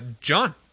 john